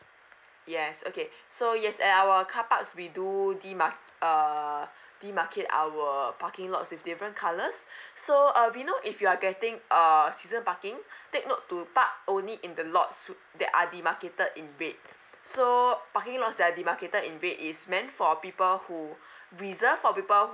yes okay so yes at our car parks we do the mark~ uh they marked it our parking lots with different colours so uh vino if you're getting err season parking take note to park only in the lots that are they marked it in red so uh parking that they marked it in red is meant for people who reserved for people